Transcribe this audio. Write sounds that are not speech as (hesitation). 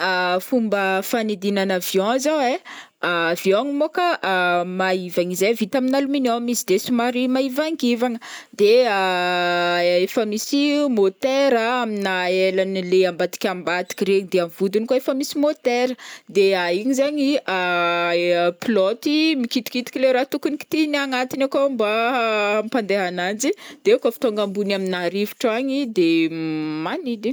(hesitation) Fomba fanidinana avion zao ai (hesitation) avion mô ka (hesitation) maivana izy ai vita aminà alluminium izy de somary maivankivagna de (hesitation) efa misy motera aminà elany le ambadika ambadika regny de vodiny koa efa misy motera de (hesitation) igny zegny (hesitation) pilôty mikitikitika le raha tokony kitihana agnatiny akao mba (hesitation) hampandeha ananjy de kaofa tonga ambony aminà rivotra agny de magnidina.